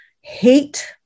hate